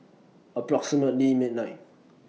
approximately midnight